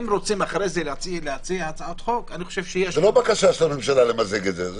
אם רוצים אחרי זה להציע הצעת חוק -- זה לא בקשה של הממשלה למזג את זה.